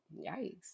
Yikes